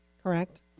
correct